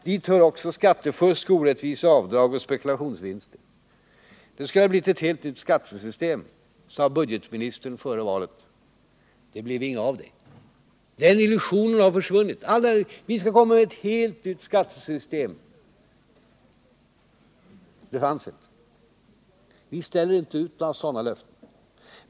Dit hör också skattefusk, orättvisa avdrag och spekulationsvinster. Det skulle bli ett helt nytt skattesystem, sade budgetministern före valet. Det blev inget av det. Illusionen har försvunnit. Vi skall komma med ett helt nytt skattesystem, sade man. Det fanns inte. Vi ställer inte ut några sådana löften.